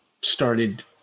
started